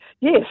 Yes